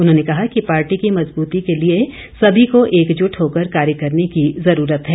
उन्होंने कहा कि पार्टी की मजबूती के लिए सभी को एकजुट होकर कार्य करने की जरूरत है